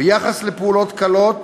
ביחס לפעולות קלות